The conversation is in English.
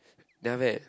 then after that